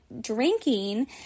drinking